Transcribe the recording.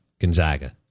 Gonzaga